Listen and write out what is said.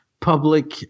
public